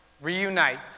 reunite